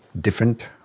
different